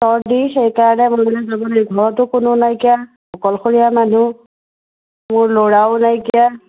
চৰ্দি সেইকাৰণে মই যাব নোৱাৰিলোঁ ঘৰতো কোনো নাইকিয়া অকলশৰীয়া মানুহ মোৰ ল'ৰাও নাইকিয়া